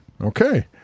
Okay